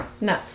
No